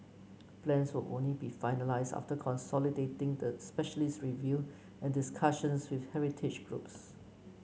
plans will only be finalised after consolidating the specialist review and discussions with heritage groups